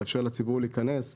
לאפשר לציבור להיכנס,